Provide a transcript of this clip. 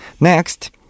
Next